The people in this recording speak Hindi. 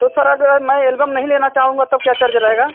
तो सर अगर मैं एलबम नहीं लेना चाहूँगा तब क्या चर्ज रहेगा